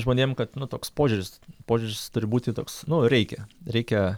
žmonėm kad toks požiūris požiūris turi būti toks nu reikia reikia